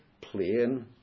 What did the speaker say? plain